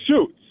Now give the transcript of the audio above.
shoots